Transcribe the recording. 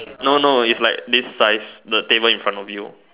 no no it's like this size the table in front of you